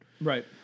Right